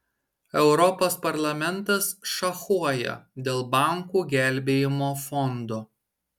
europos parlamentas šachuoja dėl bankų gelbėjimo fondo